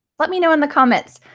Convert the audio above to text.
let me know in the comments.